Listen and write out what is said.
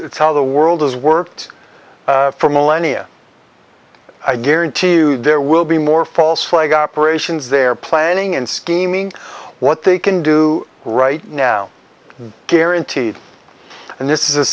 it's how the world has worked for millennia i guarantee you there will be more false flag operations their planning and scheming what they can do right now guaranteed and this is a